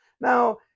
Now